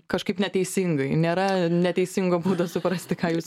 kažkaip neteisingai nėra neteisingo būdo suprasti ką jūs